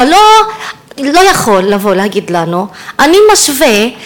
אתה לא יכול לבוא להגיד לנו: אני משווה,